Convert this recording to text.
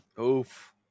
Oof